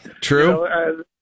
true